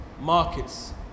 markets